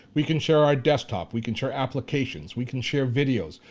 we can share our desktop. we can share applications. we can share videos.